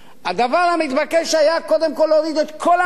הדבר המתבקש היה קודם כול להוריד את כל המע"מ